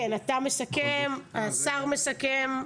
כן, אתה מסכם, השר מסכם.